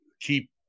keep